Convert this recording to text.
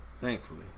Thankfully